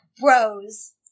bros